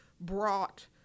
brought